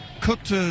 cooked